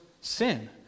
sin